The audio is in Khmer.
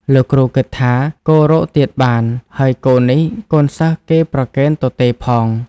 លោកគ្រូគិតថា គោរកទៀតបាន ហើយគោនេះកូនសិស្សគេប្រគេនទទេផង។